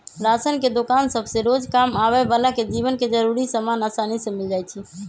ration के दोकान सभसे रोजकाम आबय बला के जीवन के जरूरी समान असानी से मिल जाइ छइ